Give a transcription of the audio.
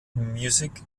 music